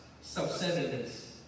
Self-centeredness